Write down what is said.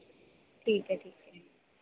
ठीक है ठीक है